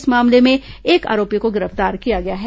इस मामले में एक आरोपी को गिरफ्तार किया है